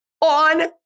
on